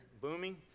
booming